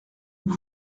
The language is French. vous